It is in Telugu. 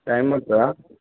టైమ్ పడుతుంద